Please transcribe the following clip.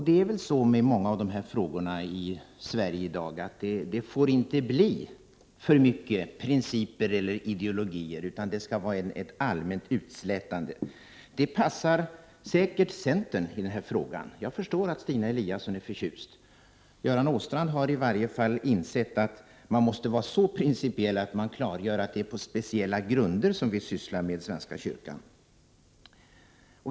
Det är väl så med många av dessa frågor i dag i Sverige, att det inte får bli för mycket principer eller ideologier. Det skall vara ett allmänt utslätande. Det passar säkert centern i denna fråga. Jag förstår att Stina Eliasson är förtjust. Göran Åstrand har i alla fall insett att man måste vara så principiell att man klargör att det är på speciella grunder som vi i riksdagen sysslar med svenska kyrkan.